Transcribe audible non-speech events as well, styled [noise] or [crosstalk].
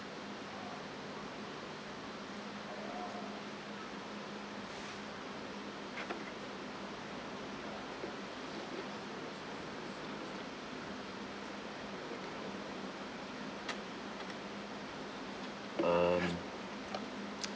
um [noise]